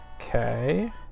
Okay